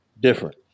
different